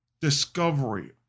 discovery